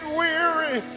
weary